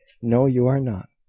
no you are not.